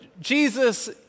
Jesus